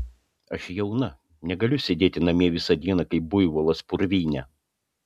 aš jauna negaliu sėdėti namie visą dieną kaip buivolas purvyne